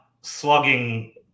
slugging